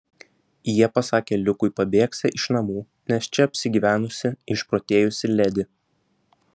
jie pasakė liukui pabėgsią iš namų nes čia apsigyvenusi išprotėjusi ledi